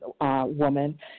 woman